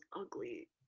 ugly